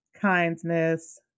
kindness